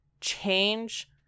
change